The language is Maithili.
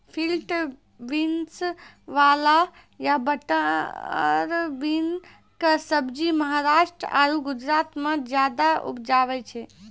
फील्ड बीन्स, वाल या बटर बीन कॅ सब्जी महाराष्ट्र आरो गुजरात मॅ ज्यादा उपजावे छै